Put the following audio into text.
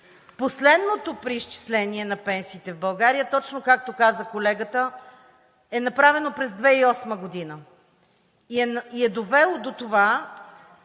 Последното преизчисление на пенсиите в България – точно, както каза колегата – е направеното през 2008 г. и е довело до това,